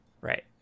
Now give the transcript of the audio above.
Right